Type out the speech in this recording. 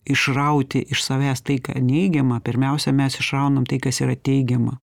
išrauti iš savęs tai ką neigiama pirmiausia mes išraunam tai kas yra teigiama